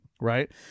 right